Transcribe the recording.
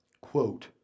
quote